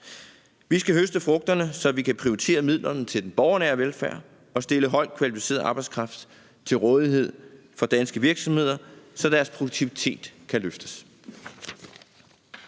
Vi skal høste frugterne, så vi kan prioritere midlerne til den borgernære velfærd og stille højt kvalificeret arbejdskraft til rådighed for danske virksomheder, så deres produktivitet kan løftes.